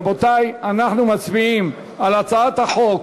רבותי, אנחנו מצביעים על הצעת חוק